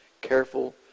careful